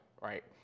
right